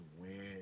win